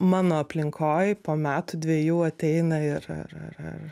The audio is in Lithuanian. mano aplinkoj po metų dvejų ateina ir ar ar ar